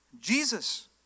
Jesus